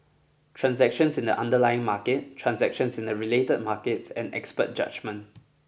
transactions in the underlying market transactions in the related markets and expert judgement